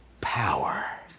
power